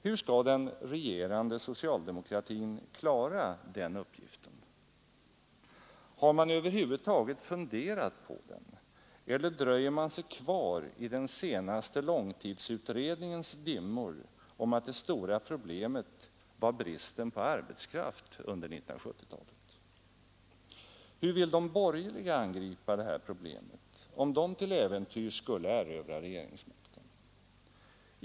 Hur skall den regerande socialdemokratin klara den uppgiften? Har man över huvud taget funderat på den eller dröjer man sig kvar i den senaste långtidsutredningens dimmiga föreställning om att det stora problemet var bristen på arbetskraft under 1970-talet? Hur vill de borgerliga angripa det problemet om de till äventyrs skulle erövra regeringsmakten?